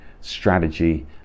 strategy